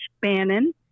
bannon